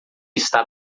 está